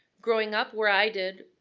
growing up where i did,